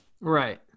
right